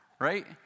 right